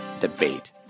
Debate